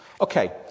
Okay